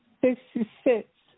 Sixty-six